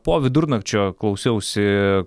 po vidurnakčio klausiausi